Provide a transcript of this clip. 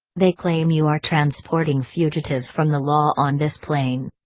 they claim you are transporting fugitives from the law on this plane.